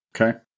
Okay